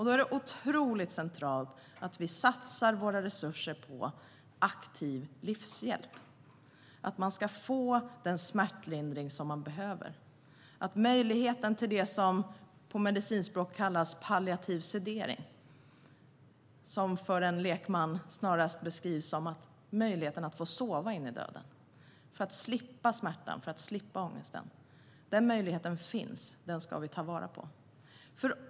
Då är det otroligt centralt att vi satsar våra resurser på aktiv livshjälp - att man får den smärtlindring man behöver och möjlighet till det som på medicinspråk kallas palliativ sedering, som för en lekman snarast beskrivs som möjligheten att få sova in i döden, för att slippa smärtan och ångesten. Den möjligheten finns, och den ska vi ta vara på.